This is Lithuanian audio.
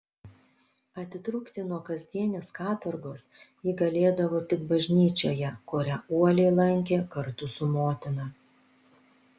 atitrūkti nuo kasdienės katorgos ji galėdavo tik bažnyčioje kurią uoliai lankė kartu su motina